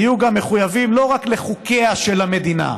יהיו גם מחויבים לא רק לחוקיה של המדינה,